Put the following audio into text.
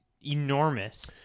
enormous